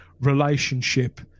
relationship